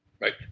right